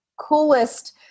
Coolest